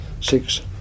six